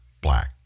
black